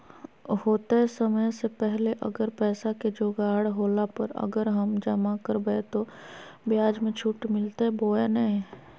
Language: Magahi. होतय समय से पहले अगर पैसा के जोगाड़ होला पर, अगर हम जमा करबय तो, ब्याज मे छुट मिलते बोया नय?